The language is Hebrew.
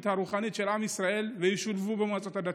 הרוחנית של עם ישראל וישולבו במועצות הדתיות.